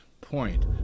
point